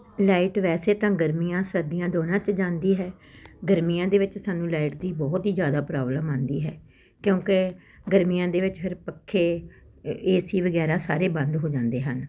light ਵੈਸੇ ਤਾਂ ਗਰਮੀਆਂ ਸਰਦੀਆਂ ਦੋਨਾਂ 'ਚ ਜਾਂਦੀ ਹੈ ਗਰਮੀਆਂ ਦੇ ਵਿੱਚ ਸਾਨੂੰ ਲਾਈਟ ਦੀ ਬਹੁਤ ਹੀ ਜ਼ਿਆਦਾ ਪ੍ਰੋਬਲਮ ਆਉਂਦੀ ਹੈ ਕਿਉਂਕਿ ਗਰਮੀਆਂ ਦੇ ਵਿੱਚ ਫਿਰ ਪੱਖੇ ਏਸੀ ਵਗੈਰਾ ਸਾਰੇ ਬੰਦ ਹੋ ਜਾਂਦੇ ਹਨ